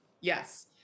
Yes